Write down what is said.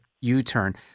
U-turn